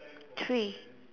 three